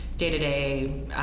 day-to-day